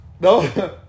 No